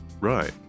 Right